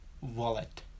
wallet